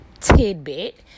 tidbit